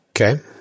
Okay